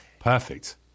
Perfect